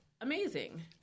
amazing